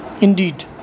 indeed